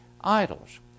idols